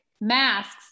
masks